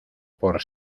por